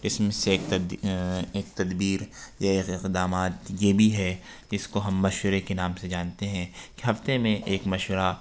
اس میں سے ایک ایک تدبیر یا اقدامات یہ بھی ہے کہ اس کو ہم مشورے کے نام سے جانتے ہیں کہ ہفتے میں ایک مشورہ